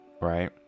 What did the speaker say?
right